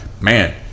Man